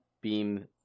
Beam